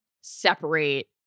separate